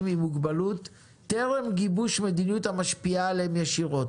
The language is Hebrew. עם מוגבלות טרם גיבוש מדיניות המשפיעה עליהם ישירות.